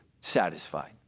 satisfied